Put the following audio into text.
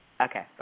Okay